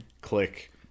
click